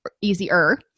easier